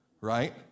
right